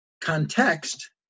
context